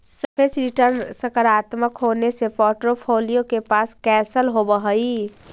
सापेक्ष रिटर्न सकारात्मक होने से पोर्ट्फोलीओ के पास कौशल होवअ हई